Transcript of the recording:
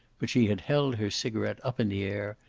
but she had held her cigaret up in the air,